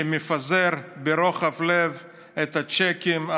שמפזר ברוחב לב את הצ'קים,